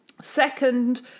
Second